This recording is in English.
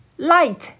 Light